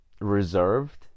reserved